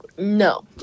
no